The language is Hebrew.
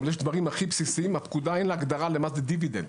אבל יש דברים בסיסיים בפקודה אין הגדרה למה זה דיבידנד.